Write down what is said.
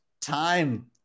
time